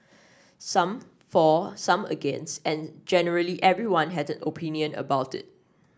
some for some against and generally everyone has a opinion about it